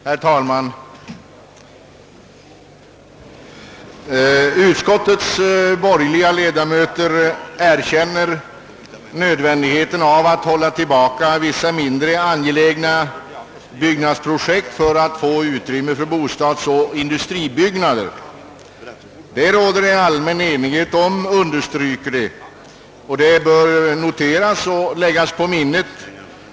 Herr talman! Utskottets borgerliga ledamöter erkänner nödvändigheten av att hålla tillbaka vissa mindre angelägna byggnadsprojekt för att få utrymme för bostadsoch industribyggnader. Därom råder allmän enighet, understryker de — det bör noteras och läggas på minnet.